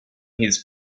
his